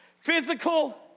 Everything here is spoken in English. physical